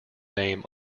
name